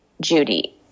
Judy